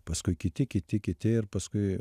paskui kiti kiti kiti ir paskui